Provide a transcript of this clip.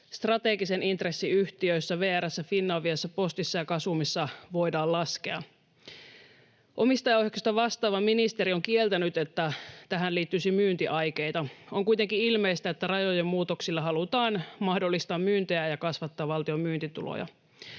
strategisen intressin yhtiöissä — VR:ssä, Finaviassa, Postissa sekä Gasumissa — voidaan laskea. Omistajaohjauksesta vastaava ministeri on kieltänyt, että tähän liittyisi myyntiaikeita. On kuitenkin ilmeistä, että rajojen muutoksilla halutaan mahdollistaa myyntejä ja kasvattaa valtion myyntituloja.